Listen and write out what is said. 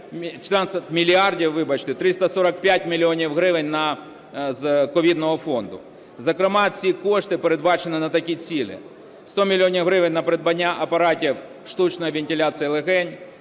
14 мільярдів 345 мільйонів гривень з ковідного фонду. Зокрема, ці кошти передбачені на такі цілі: 100 мільйонів гривень – на придбання апаратів штучної вентиляції легень;